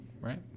right